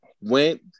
went